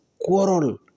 quarrel